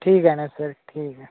ठीक आहे ना सर ठीक आहे